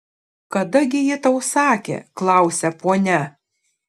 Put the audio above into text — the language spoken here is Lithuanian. kada gi ji tau sakė klausia ponia